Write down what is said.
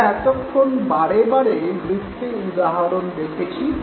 আমরা এতক্ষণ বারেবারে বৃত্তের উদাহরণ দেখেছি